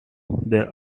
their